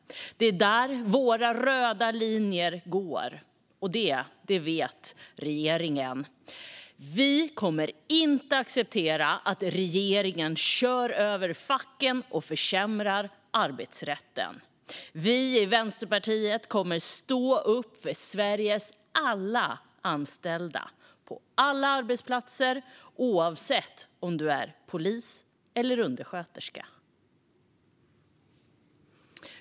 Det är där våra röda linjer går, och det vet regeringen. Vi kommer inte att acceptera att ni kör över facken och försämrar arbetsrätten. Vi i Vänsterpartiet kommer att stå upp för Sveriges alla anställda på alla arbetsplatser, oavsett om du är polis eller undersköterska.